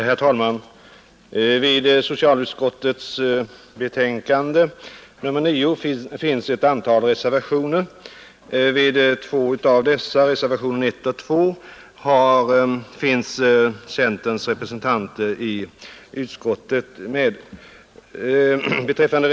Herr talman! Vid socialutskottets betänkande nr 9 finns ett antal reservationer. På två av dessa, nummer 1 och 2, finns centerns representanter i utskottet med.